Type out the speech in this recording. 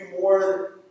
more